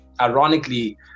ironically